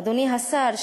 אדוני השר,